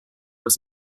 was